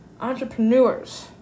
entrepreneurs